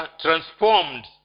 transformed